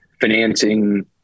financing